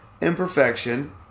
imperfection